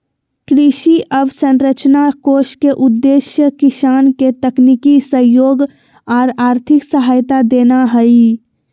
कृषि अवसंरचना कोष के उद्देश्य किसान के तकनीकी सहयोग आर आर्थिक सहायता देना हई